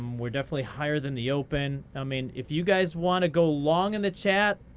we're definitely higher than the open. i mean, if you guys want to go long in the chat,